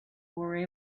were